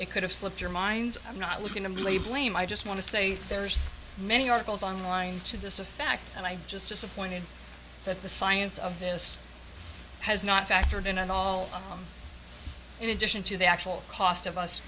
it could have slipped your minds i'm not looking to me lay blame i just want to say there's many articles online to this effect and i just disappointed that the science of this has not factored in at all in addition to the actual cost of us